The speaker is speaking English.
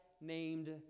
named